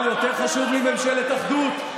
אבל יותר חשובה לי ממשלת אחדות.